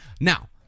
now